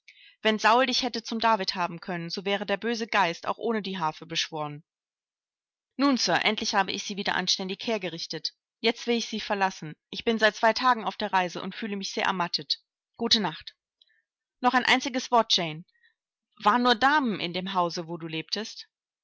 wenn saul dich hätte zum david haben können so wäre der böse geist auch ohne die harfe beschworen nun sir endlich habe ich sie wieder anständig hergerichtet jetzt will ich sie verlassen ich bin seit zwei tagen auf der reise und fühle mich sehr ermattet gute nacht noch ein einziges wort jane waren nur damen in dem hause wo du lebtest